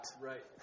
Right